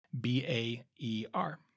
B-A-E-R